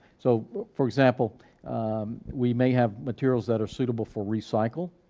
so for example we may have materials that are suitable for recycle.